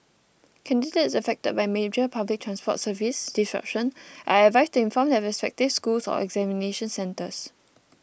candidates affected by major public transport service disruption are advised to inform their respective schools or examination centres